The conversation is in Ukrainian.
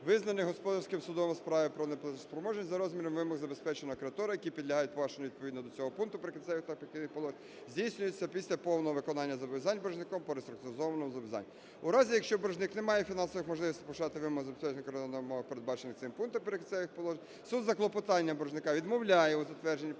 визнаних господарським судом у справі про неплатоспроможність за розміром вимог забезпеченого кредитора, які підлягають погашенню відповідно до цього пункту "Прикінцевих та перехідних положень", здійснюється після повного виконання зобов'язань боржником по реструктуризованому зобов'язанню. У разі якщо боржник не має фінансових можливостей почати … забезпеченого кредитора на умовах, передбачених цим пунктом "Прикінцевих положень", суд за клопотанням боржника відмовляє у затвердженні